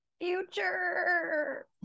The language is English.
Future